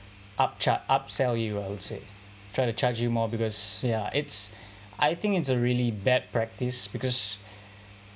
up charge up sell you I would say try to charge you more because ya it's I think it's a really bad practice because